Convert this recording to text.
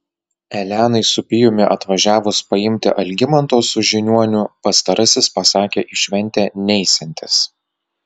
elenai su pijumi atvažiavus paimti algimanto su žiniuoniu pastarasis pasakė į šventę neisiantis